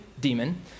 demon